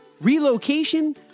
relocation